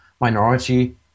minority